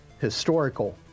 historical